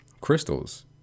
crystals